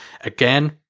again